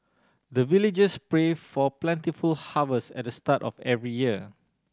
the villagers pray for plentiful harvest at the start of every year